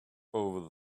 over